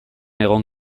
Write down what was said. egon